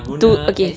tu okay